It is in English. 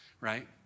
right